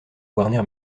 warner